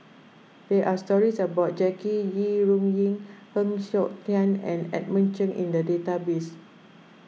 there are stories about Jackie Yi Ru Ying Heng Siok Tian and Edmund Cheng in the database